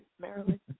Maryland